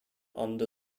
under